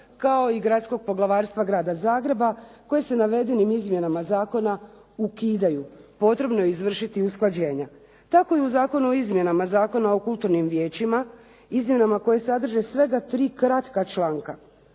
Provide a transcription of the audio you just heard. kao i gradskog poglavarstva Grada Zagreba koje se navedenim izmjenama zakona ukidaju. Potrebno je izvršiti usklađenja. Tako i u Zakonu o izmjenama Zakona o kulturnim vijećima izmjenama koje sadrže svega tri kratka članka.